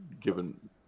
given